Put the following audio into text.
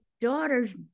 daughter's